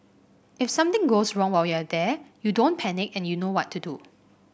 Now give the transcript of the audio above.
if something goes wrong while you're there you don't panic and you know what to do